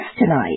tonight